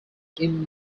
prime